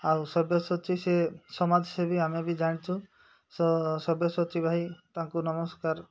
ଆଉ ସବ୍ୟଶାଚୀ ସେ ସମାଜସେବୀ ଆମେ ବି ଜାଣିଛୁ ସ ସବ୍ୟଶାଚୀ ଭାଇ ତାଙ୍କୁ ନମସ୍କାର